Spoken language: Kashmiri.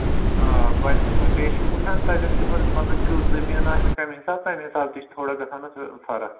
آ وۅنۍ بیٚیہِ چھِ وُچھن تَتٮ۪ن تہِ پَتہٕ مطلب کٮُ۪تھ زٔمیٖن آسہِ کَمہِ حِساب تَمہِ حِساب تہِ چھِ تھوڑا گژھان اَتھ فرق